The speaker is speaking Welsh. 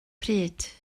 pryd